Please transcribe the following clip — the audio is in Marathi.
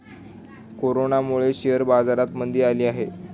कोरोनामुळे शेअर बाजारात मंदी आली आहे